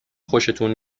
خوشتون